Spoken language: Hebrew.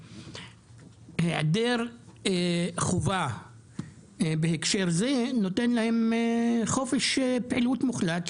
היעדר חובה בהקשר הזה נותן להם חופש פעילות מוחלט,